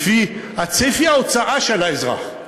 לפי צפי ההוצאה של האזרח.